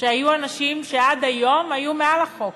שהיו אנשים שעד היום היו מעל החוק,